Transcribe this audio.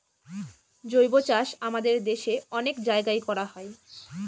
জৈবচাষ আমাদের দেশে অনেক জায়গায় করা হয়